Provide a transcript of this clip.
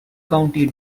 county